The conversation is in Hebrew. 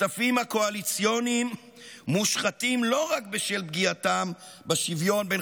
הכספים הקואליציוניים מושחתים לא רק בשל פגיעתם בשוויון בין